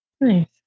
Nice